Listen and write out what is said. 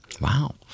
Wow